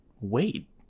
wait